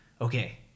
okay